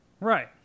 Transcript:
Right